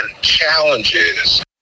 challenges